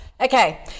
Okay